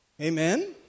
Amen